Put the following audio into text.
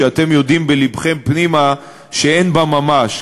שאתם יודעים בלבכם פנימה שאין בה ממש,